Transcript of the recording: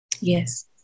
Yes